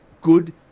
good